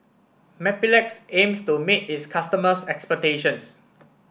Mepilex aims to meet its customers' expectations